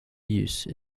use